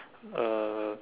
uh